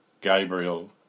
Gabriel